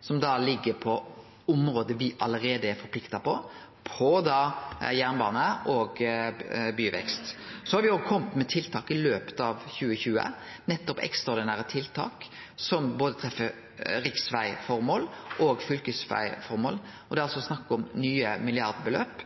som ligg på område me allereie er forplikta på – jernbane og byvekst. Me har òg kome med tiltak i løpet av 2020, ekstraordinære tiltak som treffer både riksvegformål og fylkesvegformål. Det er altså snakk om nye milliardbeløp.